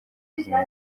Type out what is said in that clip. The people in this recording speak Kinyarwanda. ubuzima